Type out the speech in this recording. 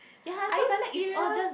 are you serious